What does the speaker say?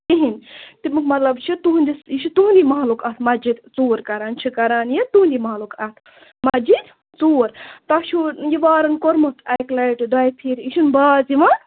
کِہیٖنٛۍ تَمیُک مطلب چھُ تُہُنٛدِس یہِ چھُ تُہُنٛدٕے مَحلُک اکھ مَسجِد ژوٗر کران چھِ کران یہِ تُہُنٛدٕے مَحلُک اکھ مَسجِد ژوٗر تۄہہِ چھُو یہِ وارٕن کوٚرمُت یہِ اَکہِ لَٹہِ دۅیہِ پھِرِِ یہِ چھُنہٕ باز یِوان